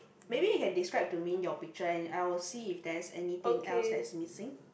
maybe you can describe to me your picture and I will see if there's anything else that's missing